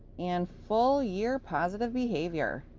and full year positive behavior.